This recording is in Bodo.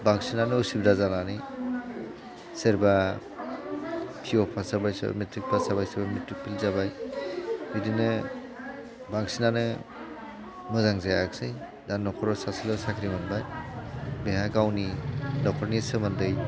बांसिनानो असुबिदा जानानै सोरबा पि अ पास जाबाय सोरबा मेट्रिक पास जाबाय सोरबाया मेट्रिक फेल जाबाय बिदिनो बांसिनानो मोजां जायाखिसै दा न'खराव सासेल' साख्रि मोनबाय बेहा गावनि न'खरनि सोमोन्दै